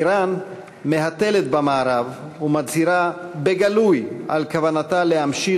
איראן מהתלת במערב ומצהירה בגלוי על כוונתה להמשיך